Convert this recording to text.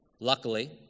Luckily